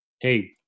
Hey